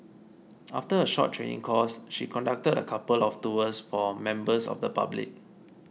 after a short training course she conducted a couple of tours for members of the public